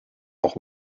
auch